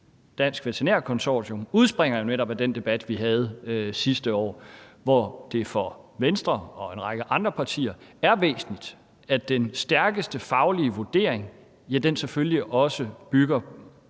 Dansk Veterinær Konsortium, udspringer jo netop af den debat, vi havde sidste år, hvor det for Venstre og en række andre partier er væsentligt, at den stærkeste faglige vurdering selvfølgelig også bygger